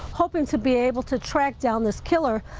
hoping to be able to track down this killer.